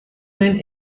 men